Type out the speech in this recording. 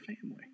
family